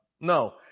no